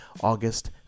August